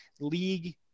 league –